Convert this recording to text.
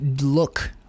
look